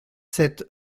sept